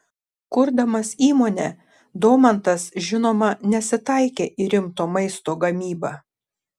kurdamas įmonę domantas žinoma nesitaikė į rimto maisto gamybą